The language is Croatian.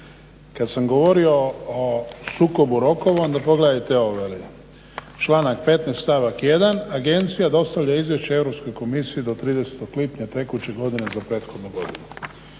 Kad sam govorio o sukobu rokova onda pogledajte ovo, članak 15. stavak 1. agencija dostavlja izvješće Europskoj komisiji do 30. lipnja tekuće godine za prethodnu godinu.